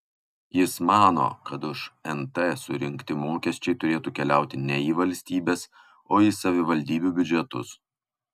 jis mano kad už nt surinkti mokesčiai turėtų keliauti ne į valstybės o į savivaldybių biudžetus